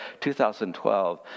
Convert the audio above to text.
2012